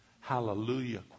hallelujah